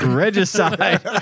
regicide